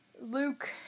Luke